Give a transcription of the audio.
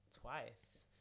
twice